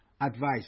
advice